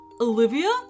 Olivia